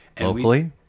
Locally